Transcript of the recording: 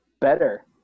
better